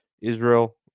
Israel